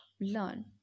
learn